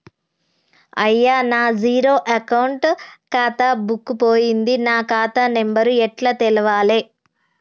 అయ్యా నా zero account ఖాతా బుక్కు పోయింది నా ఖాతా నెంబరు ఎట్ల తెలవాలే?